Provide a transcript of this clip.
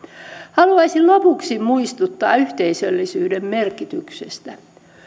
haluaisin lopuksi muistuttaa yhteisöllisyyden merkityksestä